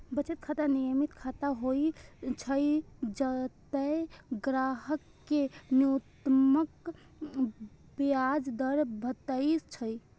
बचत खाता नियमित खाता होइ छै, जतय ग्राहक कें न्यूनतम ब्याज दर भेटै छै